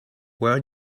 where